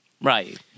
Right